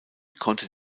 konnte